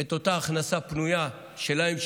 את אותה ההכנסה הפנויה שלהם,